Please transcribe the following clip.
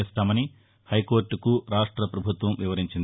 చేస్తామని హైకోర్టకు రాష్ట పభుత్వం వివరించింది